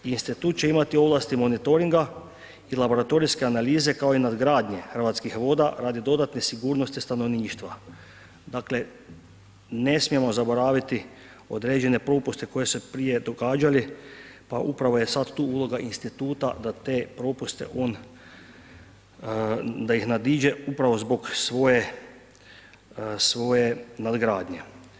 Institut će imati ovlasti monitoringa i laboratorijske analize kao i nadgradnje Hrvatskih voda radi dodatne sigurnosti stanovništva, dakle ne smijemo zaboraviti određene propuste koji se prije događali pa upravo je sad tu uloga instituta da te propuste da ih nadiđe upravo zbog svoje nadgradnje.